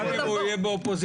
גם אם הוא יהיה באופוזיציה,